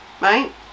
right